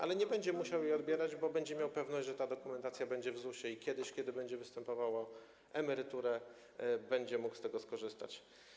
Ale nie będzie musiał jej odbierać, bo będzie miał pewność, że ta dokumentacja będzie w ZUS-ie, i kiedy będzie występował o emeryturę, będzie mógł z tego skorzystać.